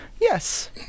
yes